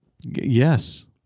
Yes